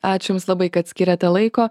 ačiū jums labai kad skiriate laiko